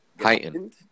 Heightened